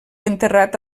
enterrat